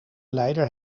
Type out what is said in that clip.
leider